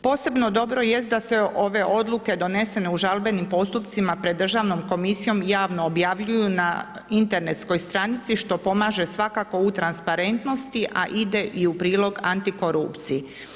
Posebno dobro jest da se ove odluke donesene u žalbenim postupcima pred Državnom komisijom javno objavljuju na internetskoj stranici što pomaže svakako u transparentnosti a ide i u prilog antikorupciji.